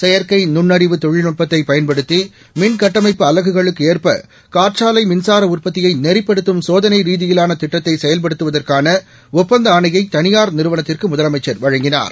செயற்கை நுண்ணறிவு தொழில்நுட்பத்தைப் பயன்படுத்தி மின்கட்டமைப்பு அலகுகளுக்கு ஏற்ப காற்றாலை மின்சார உற்பத்தியை நெறிப்படுத்தம் சோதளை ரீதியிலான திட்டத்தை செயல்படுத்துவதற்கான ஒப்பந்த ஆணையை தனியார் நிறுவனத்திற்கு முதலமைச்சர் வழங்கினார்